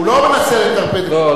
הוא לא מנסה לטרפד, לא.